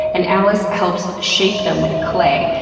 and allis helps shape them with clay.